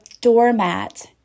doormat